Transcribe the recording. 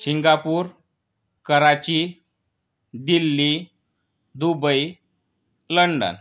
Singapore Karachi Delhi Dubai London